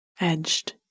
edged